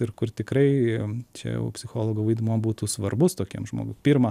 ir kur tikrai čia jau psichologo vaidmuo būtų svarbus tokiam žmogui pirma